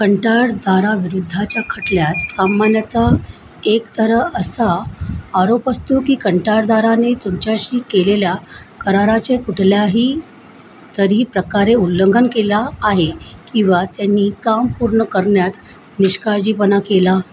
कंत्राटदाराविरुद्धच्या खटल्यात सामान्यतः एक तर असा आरोप असतो की कंत्राटदाराने तुमच्याशी केलेल्या कराराचे कुठल्याही तरी प्रकारे उल्लंघन केला आहे किंवा त्यांनी काम पूर्ण करण्यात निष्काळजीपणा केला